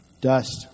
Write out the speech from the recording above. Dust